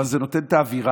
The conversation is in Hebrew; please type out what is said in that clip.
אבל זה נותן את האווירה.